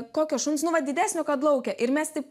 kokio šuns nu va didesnio kad lauke ir mes taip